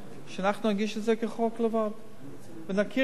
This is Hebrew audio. שאנחנו נגיש את זה כחוק לבד ונכיר בזה.